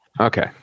Okay